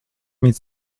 mit